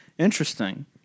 Interesting